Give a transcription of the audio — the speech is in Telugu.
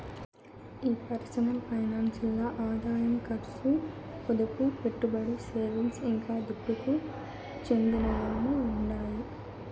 ఈ పర్సనల్ ఫైనాన్స్ ల్ల ఆదాయం కర్సు, పొదుపు, పెట్టుబడి, సేవింగ్స్, ఇంకా దుడ్డుకు చెందినయ్యన్నీ ఉండాయి